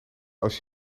als